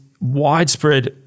widespread